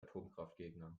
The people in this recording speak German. atomkraftgegner